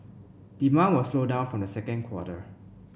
demand will slow down from the second quarter